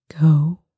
Go